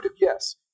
yes